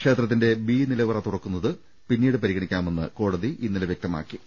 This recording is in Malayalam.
ക്ഷേത്രത്തിന്റെ ബി നിലവറ തുറക്കുന്നത് പിന്നീട് പരിഗണിക്കാമെന്ന് കോടതി ഇന്നലെ വൃക്തമാക്കിയിരുന്നു